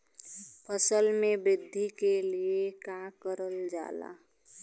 फसल मे वृद्धि के लिए का करल जाला?